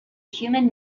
human